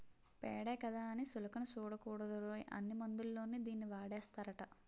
పేడే కదా అని సులకన సూడకూడదురోయ్, అన్ని మందుల్లోని దీన్నీ వాడేస్తారట